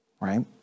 Right